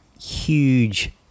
huge